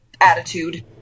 attitude